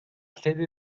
sede